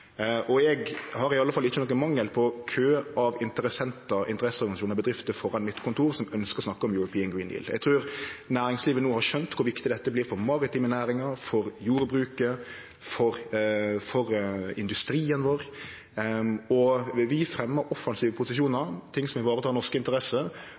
Eg har iallfall ikkje mangel på kø av interessentar, interesseorganisasjonar og bedrifter framfor kontoret mitt som ønskjer å snakke om European Green Deal. Eg trur næringslivet no har skjønt kor viktig dette blir for maritime næringar, for jordbruket, for industrien vår. Vi fremjar offensive